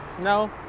No